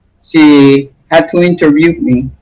she had to interview me.